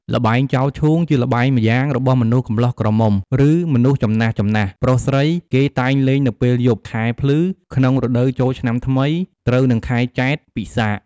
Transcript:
ល្បែងចោលឈូង ជាល្បែងម្យ៉ាង របស់មនុស្សកំលោះក្រមុំ ឬមនុស្សចំណាស់ៗ ប្រុសស្រី គេតែងលេងនៅពេលយប់ ខែភ្លឺ ក្នុងរដូវចូលឆ្នាំថ្មី ត្រូវនិង ខែចេត្រ ពិសាខ។